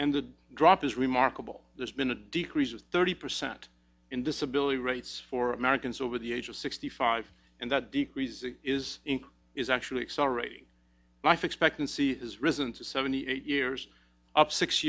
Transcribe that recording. and the drop is remarkable there's been a decrease of thirty percent in disability rates for americans over the age of sixty five and that the reason is in is actually accelerating life expectancy has risen to seventy eight years up six